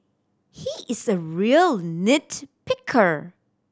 he is a real nit picker